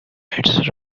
its